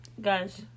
Guys